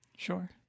sure